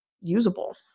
usable